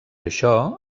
això